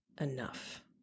enough